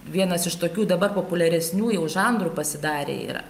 vienas iš tokių dabar populiaresniųjų jau žanrų pasidarę yra